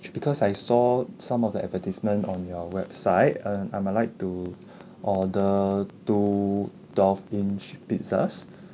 because I saw some of the advertisement on your website uh I'm uh like to order two twelve inch pizzas